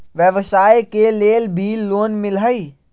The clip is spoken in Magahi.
व्यवसाय के लेल भी लोन मिलहई?